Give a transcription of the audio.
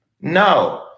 No